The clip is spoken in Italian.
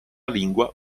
lingua